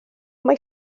mae